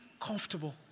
comfortable